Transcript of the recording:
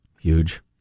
huge